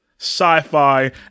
sci-fi